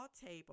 table